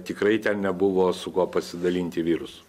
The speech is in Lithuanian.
tikrai ten nebuvo su kuo pasidalinti virusu